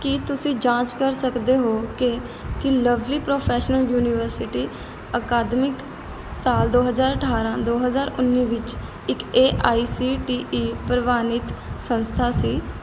ਕੀ ਤੁਸੀਂ ਜਾਂਚ ਕਰ ਸਕਦੇ ਹੋ ਕਿ ਕੀ ਲਵਲੀ ਪ੍ਰੋਫੈਸ਼ਨਲ ਯੂਨੀਵਰਸਿਟੀ ਅਕਾਦਮਿਕ ਸਾਲ ਦੋ ਹਜ਼ਾਰ ਅਠਾਰ੍ਹਾਂ ਦੋ ਹਜ਼ਾਰ ਉੱਨੀ ਵਿੱਚ ਇੱਕ A I C T E ਪ੍ਰਵਾਨਿਤ ਸੰਸਥਾ ਸੀ